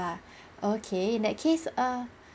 ~za okay in that case ah